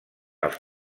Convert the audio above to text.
els